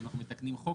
כשאנחנו מתקנים חוק,